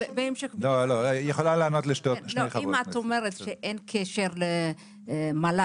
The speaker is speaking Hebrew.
אם את אומרת שאין קשר למל"ג,